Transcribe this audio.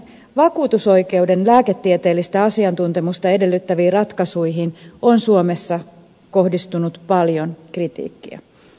vakuutusoikeuden lääketieteellistä asiantuntemusta edellyttäviin ratkaisuihin on suomessa kohdistunut paljon kritiikkiä